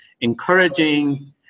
encouraging